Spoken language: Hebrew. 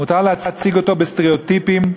מותר להציג אותו בסטריאוטיפים.